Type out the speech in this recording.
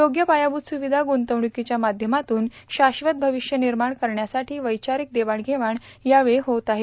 योग्य पायाभूत सुविधा गुंतवणुकीच्या माध्यमातून शाश्वत भविष्य निर्मोण करण्यासाठी वैचारिक देवाणघेवाण यावेळी होणार आहे